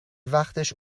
وقتش